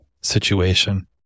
situation